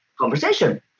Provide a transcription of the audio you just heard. conversation